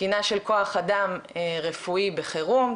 תקינה של כוח אדם רפואי בחירום,